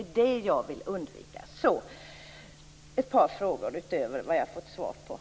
Det är det jag vill undvika. Jag har ett par frågor utöver dem som jag har fått svar på.